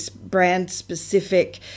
brand-specific